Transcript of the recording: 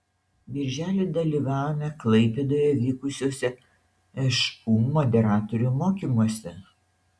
birželį dalyvavome klaipėdoje vykusiuose šu moderatorių mokymuose